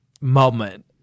moment